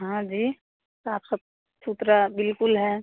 हाँ जी साफ सब सुथरा बिल्कुल है